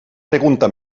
pregunta